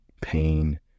pain